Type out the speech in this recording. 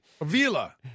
Avila